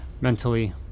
mentally